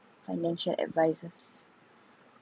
financial advices